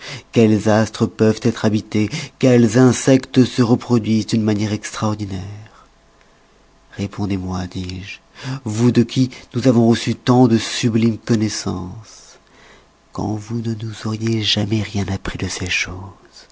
quels astres peuvent être habités quels insectes se reproduisent d'une manière extraordinaire répondez-moi dis-je vous de qui nous avons reçu tant de sublimes connoissances quand vous ne nous auriez jamais rien appris de ces choses